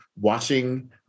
watching